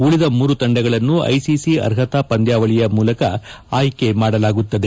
ಉಳದ ಮೂರು ತಂಡಗಳನ್ನು ಐಸಿಸಿ ಅರ್ಹತಾ ಪಂದ್ಯಾವಳಿಯ ಮೂಲಕ ಆಯ್ಕೆ ಮಾಡಲಾಗುತ್ತದೆ